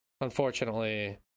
Unfortunately